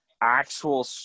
actual